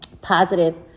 positive